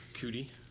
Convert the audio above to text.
Cootie